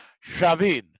Shavin